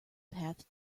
path